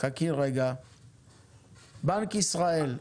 בנק ישראל,